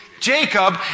Jacob